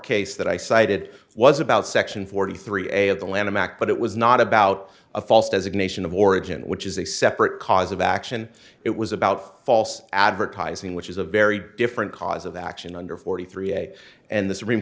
case that i cited was about section forty three at the lanham act but it was not about a false designation of origin which is a separate cause of action it was about false advertising which is a very different cause of action under forty three eight and the supreme